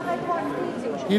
בחקיקה רטרואקטיבית.